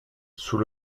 sous